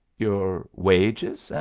your wages,